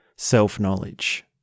Self-knowledge